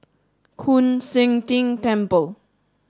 Koon Seng Ting Temple